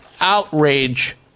outrage